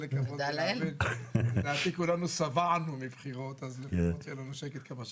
לדעתי כולנו שבענו מבחירות אז לפחות יהיה לנו שקט כמה שנים.